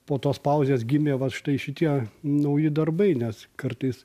po tos pauzės gimė vat štai šitie nauji darbai nes kartais